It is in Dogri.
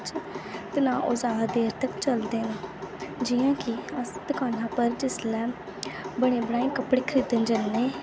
ते नां ओह् जैदा देर तक चलदे न जि'यां कि अस दकाना उप्पर जिसले बने बनाए दे कपड़े खरीदन जन्ने